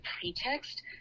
pretext